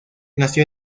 nació